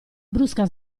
brusca